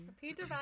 Peter